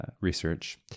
research